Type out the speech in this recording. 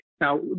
Now